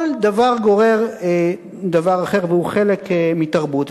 כל דבר גורר דבר אחר והוא חלק מתרבות.